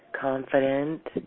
confident